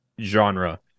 genre